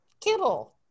Kibble